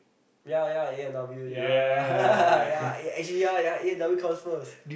ya ya A-and-W ya ya eh actually ya ya A-and-W comes first